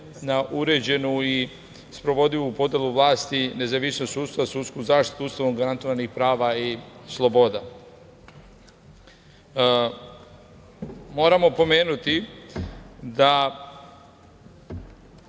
na uređenu i sprovodljivu podelu vlasti, nezavisnosti sudstva, sudsku zaštitu Ustavom garantovanih prava i sloboda. Moramo pomenuti da